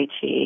Chi